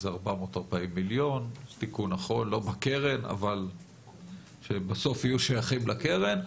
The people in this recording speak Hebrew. זה 440 מיליון לא בקרן אבל שבסוף יהיו שייכים לקרן,